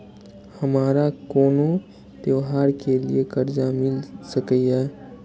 हमारा कोनो त्योहार के लिए कर्जा मिल सकीये?